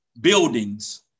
buildings